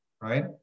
right